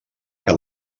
que